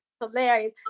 hilarious